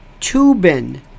Tubin